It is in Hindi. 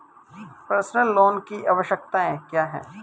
पर्सनल लोन की आवश्यकताएं क्या हैं?